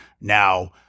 Now